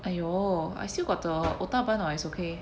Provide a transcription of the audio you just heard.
!aiyo! I still got the otah bun [what] it's okay